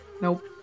nope